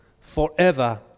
forever